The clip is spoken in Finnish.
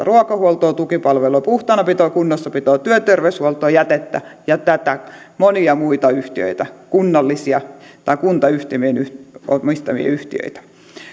ruokahuoltoa tukipalvelua puhtaanapitoa kunnossapitoa työterveyshuoltoa jätettä ja monia muita yhtiöitä kunnallisia ja kuntayhtymien omistamia yhtiöitä